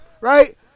right